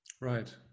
Right